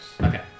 Okay